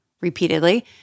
repeatedly